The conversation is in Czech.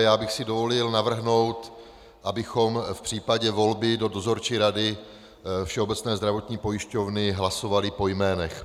Já bych si dovolil navrhnout, abychom v případě volby do Dozorčí rady Všeobecné zdravotní pojišťovny hlasovali po jménech.